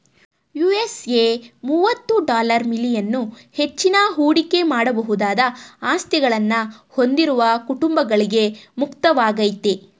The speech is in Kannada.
ಯು.ಎಸ್.ಎ ಮುವತ್ತು ಡಾಲರ್ ಮಿಲಿಯನ್ ಹೆಚ್ಚಿನ ಹೂಡಿಕೆ ಮಾಡಬಹುದಾದ ಆಸ್ತಿಗಳನ್ನ ಹೊಂದಿರುವ ಕುಟುಂಬಗಳ್ಗೆ ಮುಕ್ತವಾಗೈತೆ